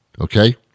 okay